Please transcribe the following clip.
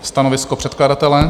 Stanovisko předkladatele?